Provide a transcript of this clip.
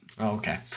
Okay